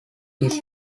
his